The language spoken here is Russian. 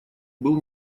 был